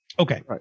Okay